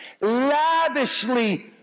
lavishly